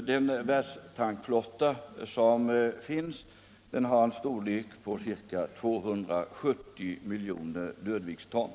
Den världstankflotta som finns har en storlek på 270 miljoner dödviktston.